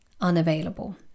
unavailable